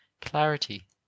clarity